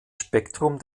spektrum